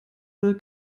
will